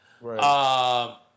Right